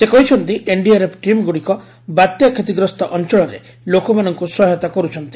ସେ କହିଛନ୍ତି ଏନ୍ଡିଆର୍ଏଫ୍ ଟିମ୍ଗୁଡ଼ିକ ବାତ୍ୟା କ୍ଷତିଗ୍ରସ୍ତ ଅଞ୍ଚଳରେ ଲୋକମାନଙ୍କୁ ସହାୟତା କରୁଛନ୍ତି